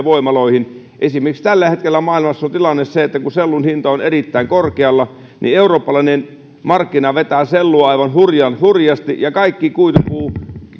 voimaloihin tällä hetkellä maailmassa on tilanne esimerkiksi se että kun sellun hinta on erittäin korkealla niin eurooppalainen markkina vetää sellua aivan hurjasti ja kaikki kuitupuu